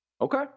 okay